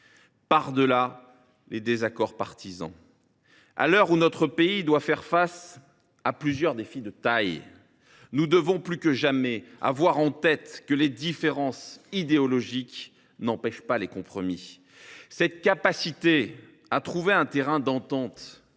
par delà les désaccords partisans. À l’heure où notre pays fait face à plusieurs défis de taille, nous devons plus que jamais avoir en tête que les différences idéologiques n’empêchent pas les compromis. Cette capacité à trouver un terrain d’entente